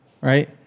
right